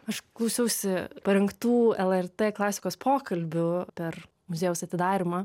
aš klausiausi parengtų lrt klasikos pokalbių per muziejaus atidarymą